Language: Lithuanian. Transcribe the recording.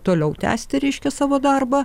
toliau tęsti reiškia savo darbą